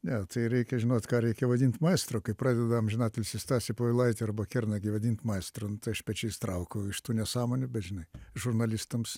ne tai reikia žinot ką reikia vadint maestro kai pradeda amžinatilsį stasį povilaitį arba kernagį vadint maestro aš pečiais traukau iš tų nesąmonių bet žinai žurnalistams